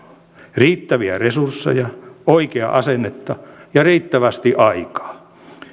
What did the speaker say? riittäviä resursseja oikeaa asennetta ja riittävästi aikaa